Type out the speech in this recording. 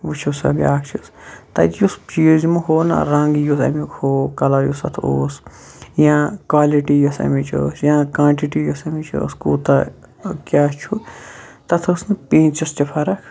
وٕچھِو سۄ بیاکھ چیٖز تَتہِ یُس چیٖز یِمو ہوو نہَ رَنٛگ یُس امیُک ہوو کَلَر یُس اَتھ اوس یا کالِٹِی یوٚس أمِچ ٲسۍ یا کانٹِٹی یوٚس أمِچ ٲسۍ کوٗتَہہ کیاہ چھُ تَتھ ٲسۍ نہٕ پیٖنٛتِس تہِ فَرق